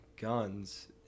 guns